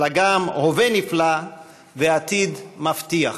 אלא גם הווה נפלא ועתיד מבטיח.